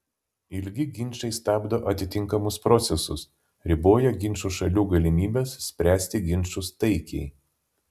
ilgi ginčai stabdo atitinkamus procesus riboja ginčo šalių galimybes spręsti ginčus taikiai